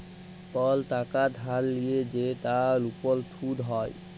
call টাকা ধার লিয়ে যে তার উপর শুধ হ্যয়